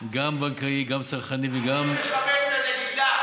גם בנקאי, גם צרכני, אני מכבד את הנגידה.